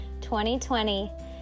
2020